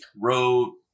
wrote